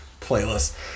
playlist